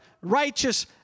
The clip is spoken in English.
righteous